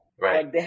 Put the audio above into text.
Right